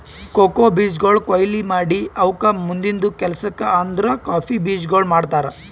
cocoa ಬೀಜಗೊಳ್ ಕೊಯ್ಲಿ ಮಾಡಿ ಮತ್ತ ಅವುಕ್ ಮುಂದಿಂದು ಕೆಲಸಕ್ ಅಂದುರ್ ಕಾಫಿ ಬೀಜಗೊಳ್ ಮಾಡ್ತಾರ್